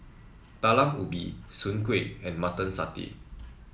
Talam Ubi Soon Kway and Mutton Satay